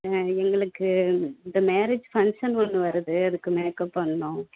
எங்களுக்கு இந்த marriage function ஒன்று வருது அதுக்கு மேக்கப் பண்ணனும்